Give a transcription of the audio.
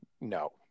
no